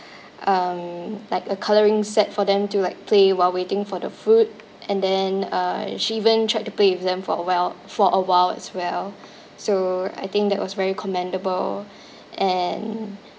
um like a coloring set for them to like play while waiting for the food and then uh she even tried to play them for a well for awhile as well so I think that was very commendable and